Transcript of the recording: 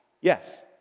Yes